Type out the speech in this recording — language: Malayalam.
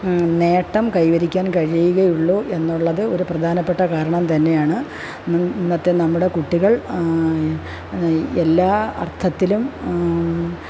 നേട്ടം കൈവരിക്കാന് കഴിയികയുള്ളു എന്നൊള്ളത് ഒരു പ്രധാനപ്പെട്ട കാരണം തന്നെയാണ് ഇന്ന് ഇന്നത്തെ നമ്മുടെ കുട്ടികള് എല്ലാ അര്ത്ഥത്തിലും